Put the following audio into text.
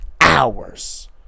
Hours